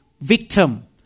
victim